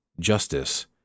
justice